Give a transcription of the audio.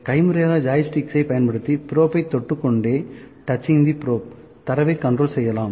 கைமுறையாக ஜாய்ஸ்டிக்கைப் பயன்படுத்தி ப்ரோப்பை தொட்டுக்கொண்டே தரவை கண்ட்ரோல் செய்யலாம்